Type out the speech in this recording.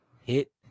hit